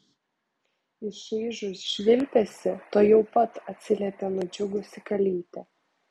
į šaižų švilpesį tuojau pat atsiliepė nudžiugusi kalytė